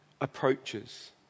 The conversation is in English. approaches